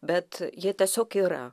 bet jie tiesiog yra